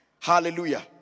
Hallelujah